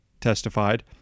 testified